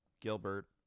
Gilbert